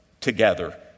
together